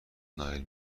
نایل